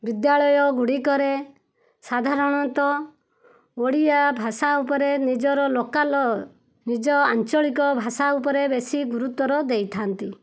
ବିଦ୍ୟାଳୟ ଗୁଡ଼ିକରେ ସାଧାରଣତଃ ଓଡ଼ିଆ ଭାଷା ଉପରେ ନିଜର ଲୋକାଲ ନିଜ ଆଞ୍ଚଳିକ ଭାଷା ଉପରେ ବେଶି ଗୁରୁତ୍ୱର ଦେଇଥାନ୍ତି